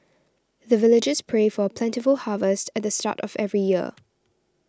the villagers pray for plentiful harvest at the start of every year